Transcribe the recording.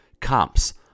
comps